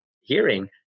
hearing